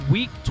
Week